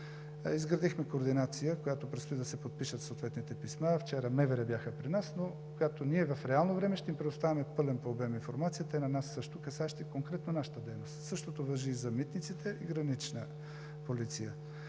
изградихме координация, за която предстои да се подпишат съответните писма. Вчера МВР бяха при нас, но както ние в реално време ще им предоставяме пълен по обем информация – те на нас също, касаеща конкретно нашата дейност. Същото важи и за „Митниците“, и „Гранична полиция“